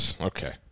Okay